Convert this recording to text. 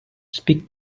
speak